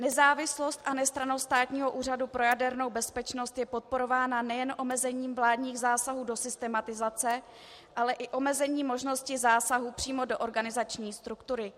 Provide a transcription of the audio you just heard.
Nezávislost a nestrannost Státního úřadu pro jadernou bezpečnost je podporována nejen omezením vládních zásahů do systematizace, ale i omezením možnosti zásahu přímo do organizační struktury.